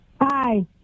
hi